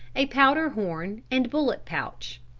a powder horn and bullet pouch.